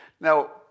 Now